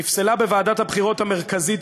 נפסלה בוועדת הבחירות המרכזית,